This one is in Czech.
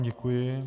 Děkuji.